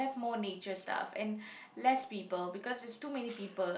have more nature stuff and less people because there's too many people